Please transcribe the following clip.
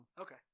Okay